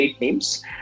names